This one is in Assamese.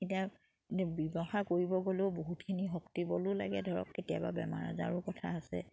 এতিয়া ব্যৱসায় কৰিব গ'লেও বহুতখিনি শক্তিবলো লাগে ধৰক কেতিয়াবা বেমাৰ আজাৰৰো কথা আছে